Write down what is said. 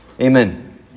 Amen